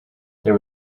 there